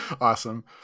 Awesome